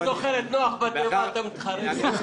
הוא זוכר את נח בתיבה, אתה מתחרה איתו?